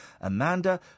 Amanda